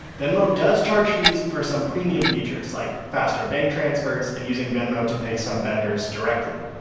venmo does charge fees for some premium features, like faster bank transfers and using venmo to pay some vendors directly.